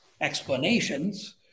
explanations